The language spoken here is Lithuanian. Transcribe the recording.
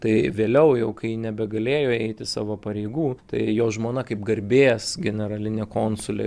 tai vėliau jau kai nebegalėjo eiti savo pareigų tai jo žmona kaip garbės generalinė konsulė